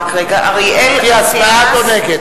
(קוראת בשמות חברי הכנסת) אריאל אטיאס, נגד